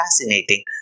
fascinating